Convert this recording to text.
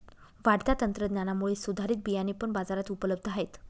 वाढत्या तंत्रज्ञानामुळे सुधारित बियाणे पण बाजारात उपलब्ध आहेत